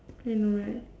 I know right